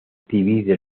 divide